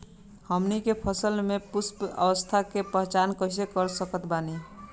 हमनी के फसल में पुष्पन अवस्था के पहचान कइसे कर सकत बानी?